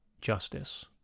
justice